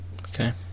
Okay